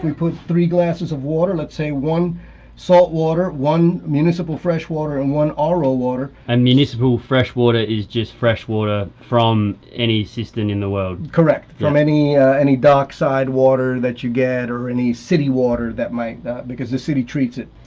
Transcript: put three glasses of water, lets say one salt water, one municipal fresh water and one ah ro water and municipal fresh water is just fresh water ah from any cistern in the world? correct. from any any dock side water that you get or any city water that might because the city treats it,